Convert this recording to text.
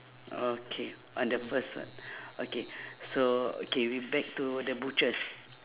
okay on the first on~ okay so okay we back to the butchers